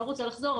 אני לא רוצה לחזור,